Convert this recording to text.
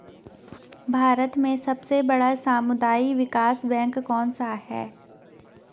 भारत में सबसे बड़ा सामुदायिक विकास बैंक कौनसा है?